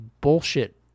bullshit